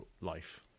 life